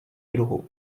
druhu